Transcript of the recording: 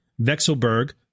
Vexelberg